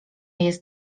jest